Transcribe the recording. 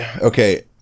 Okay